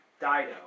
Dido